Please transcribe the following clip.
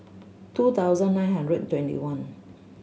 two thousand nine hundred twenty one